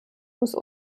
muss